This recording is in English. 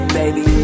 baby